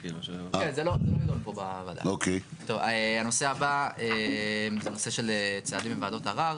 הנושא הבא זה נושא של צעדים עם ועדות ערר.